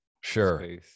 Sure